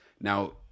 Now